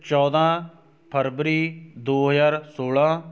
ਚੌਦ੍ਹਾਂ ਫਰਵਰੀ ਦੋ ਹਜ਼ਾਰ ਸੋਲ੍ਹਾਂ